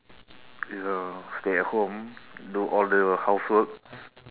is a stay at home do all the housework